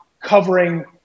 covering